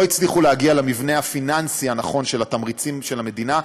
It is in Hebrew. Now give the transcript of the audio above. לא הצליחו להגיע למבנה הפיננסי נכון של התמריצים של המדינה,